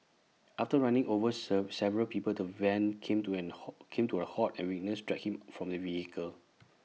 after running over serve several people the van came to in halt came to A halt and witnesses dragged him from the vehicle